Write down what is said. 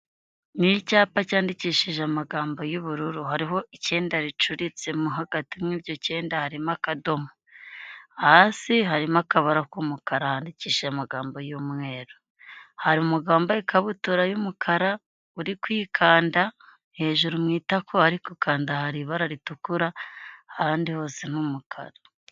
Ni icyapa cyandikishije amagambo y'ubururu, hariho icyenda ricuritse mo hagati muri iryo cyenda harimo akadomo, hasi harimo akabara k'umukara handikishije amagambo y'umweru, hari umugabo wambaye ikabutura y'umukara uri kwikanda hejuru mu itako, aho ari gukanda hari ibara ritukura ahandi hose ni umukara.